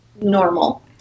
normal